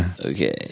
Okay